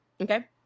Okay